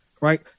Right